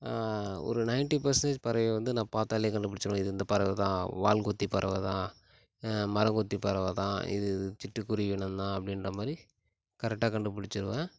ஒரு ninety percentage பறவை வந்து நான் பார்த்தாலே கண்டுபிடிச்சிடுவேன் இது இந்த பறவை தான் வால் குத்தி பறவை தான் மரங்கொத்தி பறவை தான் இது சிட்டுக்குருவி இனந்தான் அப்படின்ற மாதிரி கரெக்ட்டாக கண்டுபிடிச்சிடுவேன்